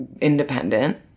independent